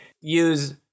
use